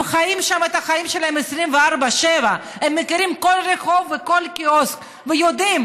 הם חיים שם את החיים שלהם 24/7. הם מכירים כל רחוב וכל קיוסק ויודעים